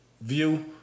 view